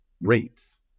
rates